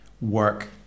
work